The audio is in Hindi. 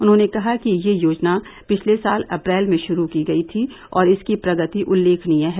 उन्होंने कहा कि यह योजना पिछले साल अप्रैल में शुरू की गयी थी और इसकी प्रगति उल्लेखनीय है